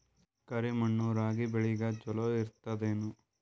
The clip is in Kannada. ಕರಿ ಮಣ್ಣು ರಾಗಿ ಬೇಳಿಗ ಚಲೋ ಇರ್ತದ ಏನು?